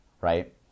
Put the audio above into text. Right